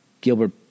Gilbert